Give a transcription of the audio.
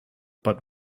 but